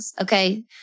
okay